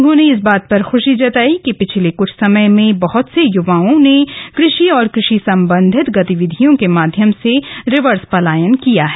उन्होंने इस बात पर ख्रशी जताई कि पिछले कुछ समय में बहत से युवाओं ने कृषि और कृषि संबंधित गतिविधियों के माध्यम से रिवर्स पलायन किया है